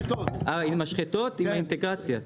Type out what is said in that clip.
משחטות, עם האינטגרציה.